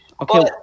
Okay